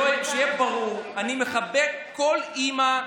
שיהיה ברור: אני מחבק כל אימא,